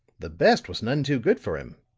the best was none too good for him.